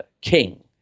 king